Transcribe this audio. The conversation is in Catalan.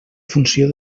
funció